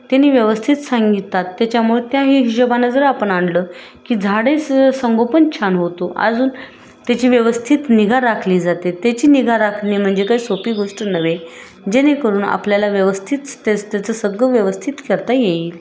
त्यांनी व्यवस्थित सांगतात त्याच्यामुळे त्या हि हिशोबानं जर आपण आणलं की झाडे स संगोपन छान होतो अजून त्याची व्यवस्थित निगा राखली जाते त्याची निगा राखणे म्हणजे काही सोपी गोष्ट नव्हे जेणेकरून आपल्याला व्यवस्थित त्याच त्याचं सगळं व्यवस्थित करता येईल